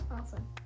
awesome